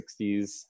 60s